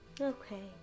Okay